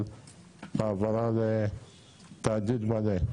של העברה לתאגיד מלא,